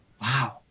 Wow